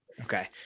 okay